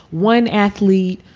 one athlete,